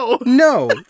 no